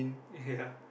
ya